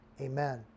Amen